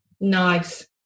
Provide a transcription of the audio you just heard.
nice